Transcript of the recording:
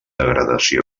degradació